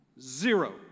zero